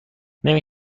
نمی